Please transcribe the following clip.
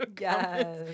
Yes